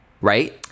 right